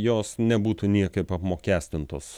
jos nebūtų niekaip apmokestintos